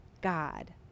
God